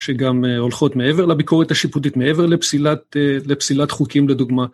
שגם הולכות מעבר לביקורת השיפוטית, מעבר לפסילת חוקים לדוגמה.